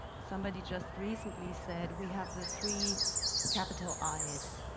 somebody just recently said we have the three capital i's.